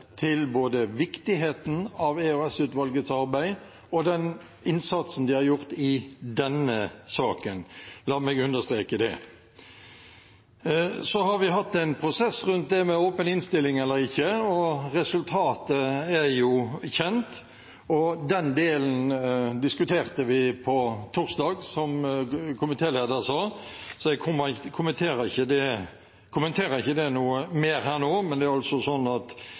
både av viktigheten av EOS-utvalgets arbeid og av den innsatsen de har gjort i denne saken. La meg understreke det. Vi har hatt en prosess rundt dette med åpen innstilling eller ikke, og resultatet er jo kjent. Den delen diskuterte vi på torsdag, som komitélederen sa, så jeg kommenterer ikke det noe mer nå. Men det er altså slik at